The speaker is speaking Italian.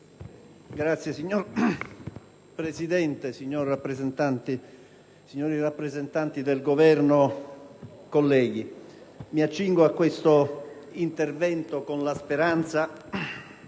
*(PdL)*. Signora Presidente, signori rappresentanti del Governo, colleghi, mi accingo a questo intervento con la speranza